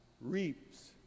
reaps